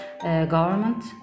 government